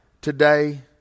today